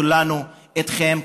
כולנו איתכם.